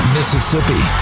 Mississippi